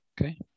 Okay